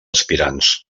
aspirants